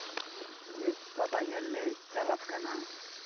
ᱡᱮ ᱯᱟᱛᱟ ᱧᱮᱞ ᱞᱮ ᱪᱟᱞᱟᱜ ᱠᱟᱱᱟ